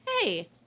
hey